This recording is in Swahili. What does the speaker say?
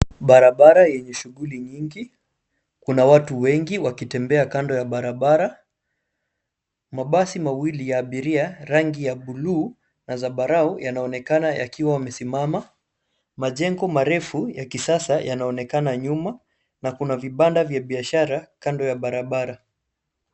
Barabara yenye shughuli nyingi. Kuna watu wengi wakitembea kando ya barabara. Mabasi mawili ya abiria , rangi ya buluu na zambarau yanaonekana yakiwa yamesimama. Majengo marefu ya kisasa yanaonekana nyuma, na kuna vibanda vya biashara kando ya barabara.